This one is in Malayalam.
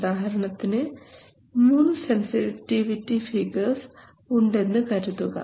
ഉദാഹരണത്തിന് മൂന്ന് സെൻസിറ്റിവിറ്റി ഫിഗർസ് ഉണ്ടെന്ന് കരുതുക